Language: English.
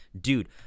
dude